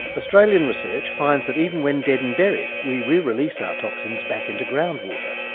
australian research finds that even when dead and buried, we release our toxins back into groundwater.